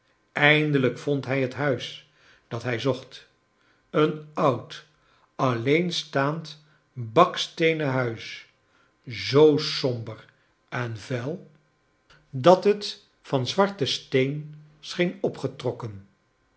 eindolijk vond hij het huis dat hij zocht een oud alleenstaand baksteenen huis zoo somber en vuil kleine dorrit dat het van zwarten steen scheen opgetrokken